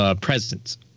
presence